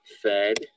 fed